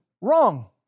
Wrong